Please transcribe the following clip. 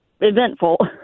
eventful